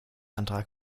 antrag